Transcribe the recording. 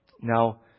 Now